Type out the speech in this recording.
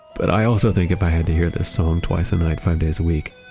but i also think if i had to hear this song twice a night, five days a week,